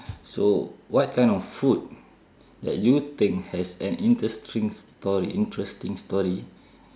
so what kind of food that you think has an interesting story interesting story